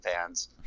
fans